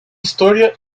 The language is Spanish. historia